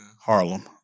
Harlem